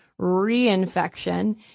reinfection